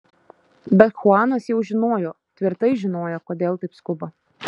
bet chuanas jau žinojo tvirtai žinojo kodėl taip skuba